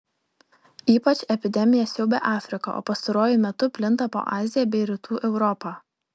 ypač epidemija siaubia afriką o pastaruoju metu plinta po aziją bei rytų europą